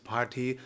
Party